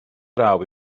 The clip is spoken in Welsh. draw